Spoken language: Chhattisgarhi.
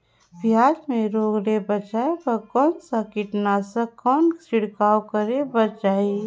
पियाज मे रोग ले बचाय बार कौन सा कीटनाशक कौन छिड़काव करे बर चाही?